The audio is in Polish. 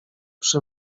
przy